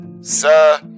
Sir